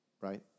Right